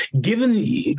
Given